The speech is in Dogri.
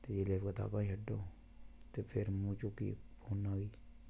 ते कताबां छड्डो ते फ्ही मूंह् चुक्को फोनै र